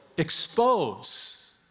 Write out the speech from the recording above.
Expose